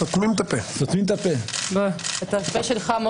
מי נמנע?